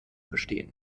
bestehen